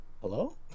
Hello